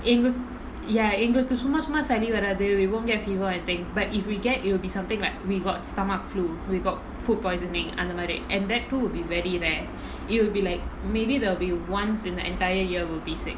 எங்களுக்கே:engalukkae ya எங்களுக்கு சும்மா சும்மா சளி வராது:engalukku summa summa sali varaathu we won't get fever I think but if we get it will be something like we got stomach flu we got food poisoning அந்த மாதிரி:antha maathiri and that too will be very rare it'll be like maybe there will be once in the entire year we will be sick